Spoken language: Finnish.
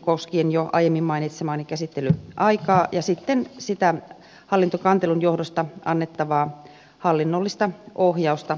koskien jo aiemmin mainitsemaani käsittelyaikaa ja sitten siitä hallintokantelun johdosta annettavasta hallinnollisesta ohjauksesta käytännössä